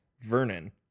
Vernon